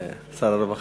זה שר הרווחה.